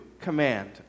command